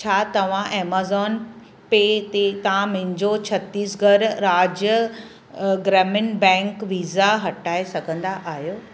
छा तव्हां एमाज़ान पे ते तव्हां मुंहिंजो छत्तीसगढ़ राज्य ग्रामीण बैंक वीज़ा हटाए सघंदा आहियो